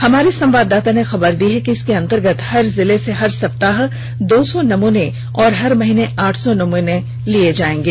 हमारे संवाददाता ने खबर दी है कि इसके अन्तर्गत हर जिले से हर सप्ताह दो सौ नमूने और हर महीने आठ सौ नमूने लिए जायेंगे